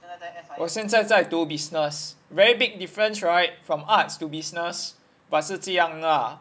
我现在在 do business very big difference right from arts to business but 是这样 lah